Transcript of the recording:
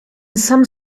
some